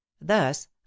thus